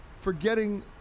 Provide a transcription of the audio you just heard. Forgetting